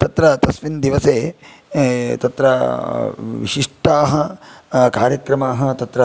तत्र तस्मिन् दिवसे तत्र विशिष्टाः कार्यक्रमाः तत्र